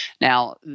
Now